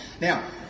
Now